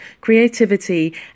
creativity